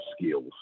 skills